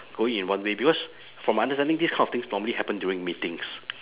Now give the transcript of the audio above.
going in one way because from my understanding this kind of things normally happen during meetings